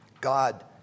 God